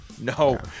No